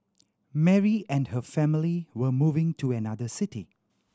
Mary and her family were moving to another city